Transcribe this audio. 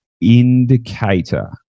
indicator